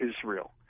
Israel